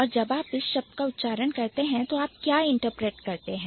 और जब आप इस शब्द का उच्चारण करते हैं तो आप क्या interpretकरते हैं